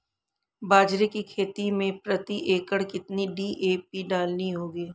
बाजरे की खेती में प्रति एकड़ कितनी डी.ए.पी डालनी होगी?